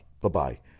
Bye-bye